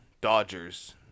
Dodgers